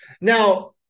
Now